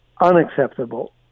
unacceptable